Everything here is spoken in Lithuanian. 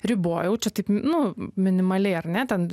ribojau čia taip nu minimaliai ar ne ten